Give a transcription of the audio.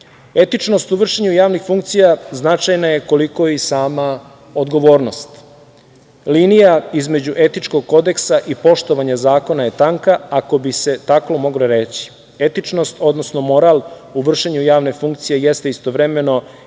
zemlje. Etičnost u vršenju javnih funkcija značajna je i koliko i sama odgovornost. Linija između etičkog kodeksa i poštovanja zakona je tanka, ako bi se tako moglo reći. Etičnost, odnosno moral u vršenju javne funkcije jeste istovremeno i javna